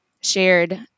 shared